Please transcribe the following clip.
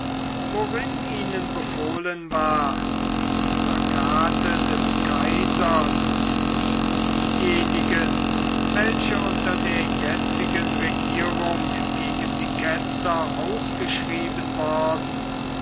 worin ihnen befohlen war die plakate des kaisers wie diejenigen welche unter der jetzigen regierung gegen die ketzer ausgeschrieben worden